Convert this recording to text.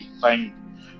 find